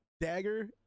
Dagger